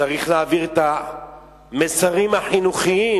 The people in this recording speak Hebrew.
צריך להעביר את המסרים החינוכיים.